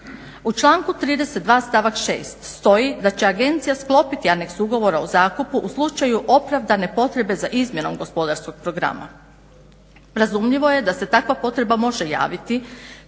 U članku 32.stavak 6.stoji da će agencija sklopiti aneks ugovora o zakupu u slučaju opravdane potrebe za izmjenu gospodarskog programa. Razumljivo je da se takva potreba može javiti